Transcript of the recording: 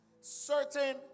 Certain